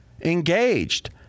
engaged